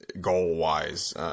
goal-wise